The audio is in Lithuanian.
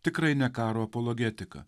tikrai ne karo apologetika